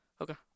Okay